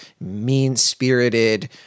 mean-spirited